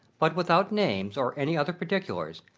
but without names or any other particulars,